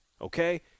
okay